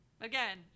again